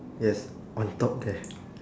yes on top there